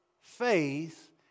faith